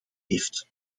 heeft